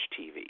TV